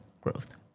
growth